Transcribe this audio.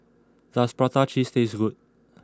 does Prata Cheese taste good